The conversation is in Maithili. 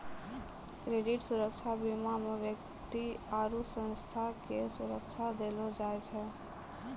क्रेडिट सुरक्षा बीमा मे व्यक्ति आरु संस्था के सुरक्षा देलो जाय छै